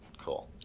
Cool